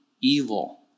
evil